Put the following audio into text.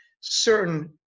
certain